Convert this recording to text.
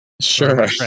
Sure